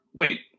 Wait